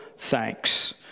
thanks